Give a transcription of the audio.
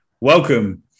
welcome